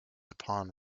upon